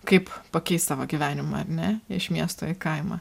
kaip pakeist savo gyvenimą ar ne iš miesto į kaimą